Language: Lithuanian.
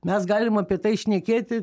mes galim apie tai šnekėti